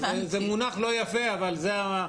זה מונח לא יפה אבל זה המונח.